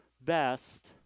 best